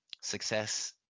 Success